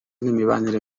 n’imibanire